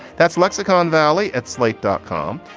that's lexicon valley at slate dot com.